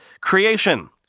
Creation